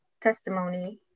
testimony